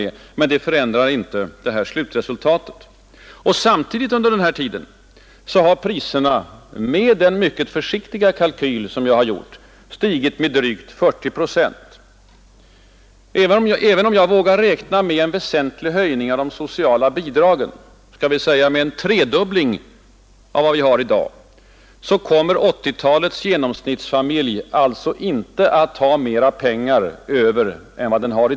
Detta förändrar dock inte slutresultatet. Samtidigt har priserna — med den mycket försiktiga kalkyl jag gjort — under tiden stigit med drygt 40 procent. Även om jag vågar räkna med en väsentlig höjning av de sociala bidragen — skall vi säga med en tredubbling — kommer 1980-talets genomsnittsfamilj alltså inte att ha mera pengar över än i dag.